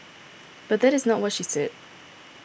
but that is not what she said